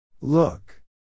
Look